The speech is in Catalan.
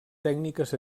tècniques